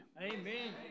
Amen